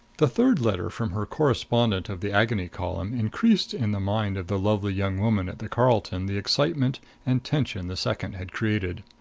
the third letter from her correspondent of the agony column increased in the mind of the lovely young woman at the carlton the excitement and tension the second had created.